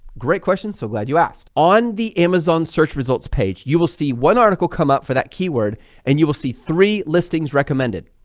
great question, so glad you asked on the amazon search results page. you will see one article come up for that keyword and you will see three listings recommended,